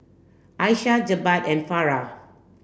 Aisyah Jebat and Farah